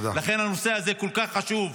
לכן, הנושא הזה כל כך חשוב.